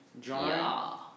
John